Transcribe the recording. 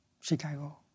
Chicago